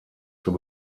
zur